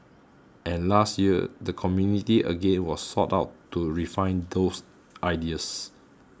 and last year the community again was sought out to refine those ideas